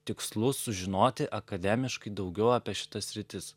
tikslu sužinoti akademiškai daugiau apie šitas sritis